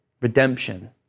redemption